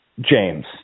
James